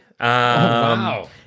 wow